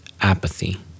apathy